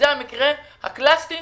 זה המקרה הקלאסי